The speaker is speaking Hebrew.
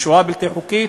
היא שוהה בלתי חוקית?